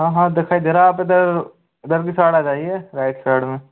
हाँ हाँ दिखाई दे रहा है आप इधर इधर की साइड आ जाइए राइट साइड में